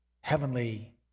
heavenly